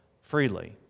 freely